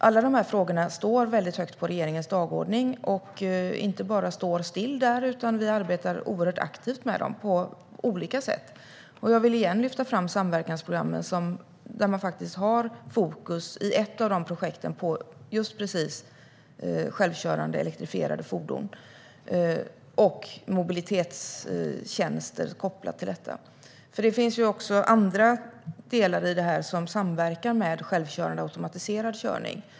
Alla de här frågorna står väldigt högt på regeringens dagordning, och de står inte still där, utan vi arbetar oerhört aktivt med dem på olika sätt. Jag vill åter lyfta fram samverkansprogrammen. I ett av de projekten har man fokus på just självkörande elektrifierade fordon och mobilitetstjänster kopplade till detta. Det finns ju också andra delar i det här som samverkar med automatiserad körning.